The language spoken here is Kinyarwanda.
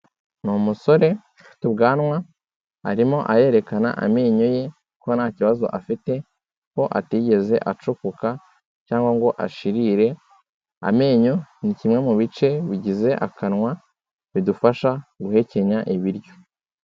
Ni umusore ufite ubwanwa, arimo arerekana amenyo ye ko nta kibazo afite ko atigeze acukuka cyangwa ngo ashirire, amenyo ni kimwe mu bice bigize akanwa bidufasha guhekenya ibiryo.